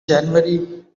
january